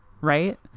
right